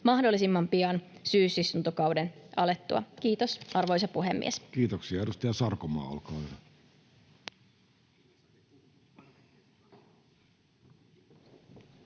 mahdollisimman pian syysistuntokauden alettua. — Kiitos, arvoisa puhemies. Kiitoksia. — Edustaja Sarkomaa, olkaa hyvä.